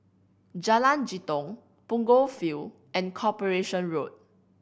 Jalan Jitong Punggol Field and Corporation Road